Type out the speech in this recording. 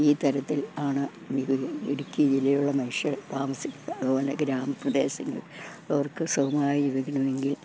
ഈ തരത്തിൽ ആണ് ഇടുക്കി ജില്ലയിലുള്ള മനുഷ്യർ താമസിക്കുക അതുപോലെ ഗ്രാമപ്രദേശങ്ങൾ അവർക്ക് സുഖമായി ജീവിക്കണമെങ്കിൽ